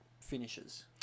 finishes